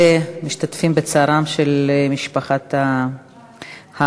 ואנחנו משתתפים בצערה של משפחת ההרוג.